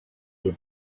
your